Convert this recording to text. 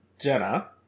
Jenna